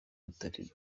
butari